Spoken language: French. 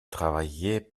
travailliez